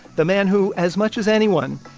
the man who, as much as anyone,